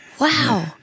Wow